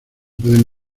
pueden